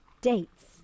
dates